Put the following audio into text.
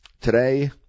Today